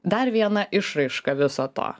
dar viena išraiška viso to